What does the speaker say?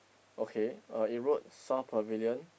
okay uh it wrote South Pavilion